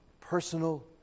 personal